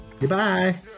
Goodbye